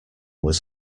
was